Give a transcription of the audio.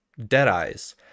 Deadeyes